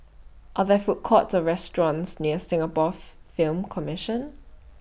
Are There Food Courts Or restaurants near Singapore Film Commission